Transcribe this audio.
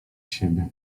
siebie